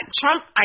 Trump